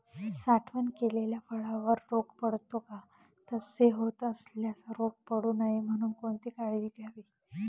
साठवण केलेल्या फळावर रोग पडतो का? तसे होत असल्यास रोग पडू नये म्हणून कोणती काळजी घ्यावी?